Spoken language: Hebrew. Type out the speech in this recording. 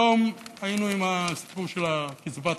היום היינו עם הסיפור של קצבת הנכות.